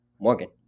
morgan